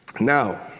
Now